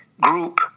group